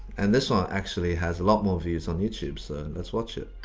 and this one actually has a lot more views on youtube so let's watch it.